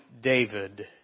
David